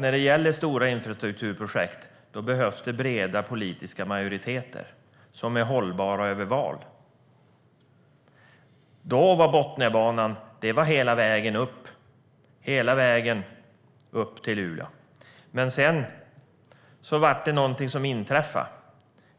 När det gäller stora infrastrukturprojekt behövs breda politiska majoriteter som är hållbara över val. Då gällde Botniabanan hela vägen upp till Luleå. Sedan inträffade någonting.